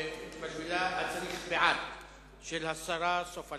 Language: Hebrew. חובת העברה ללא תשלום של שידורי ערוץ ייעודי),